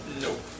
Nope